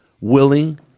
willing